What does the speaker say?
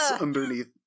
underneath